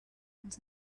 pulled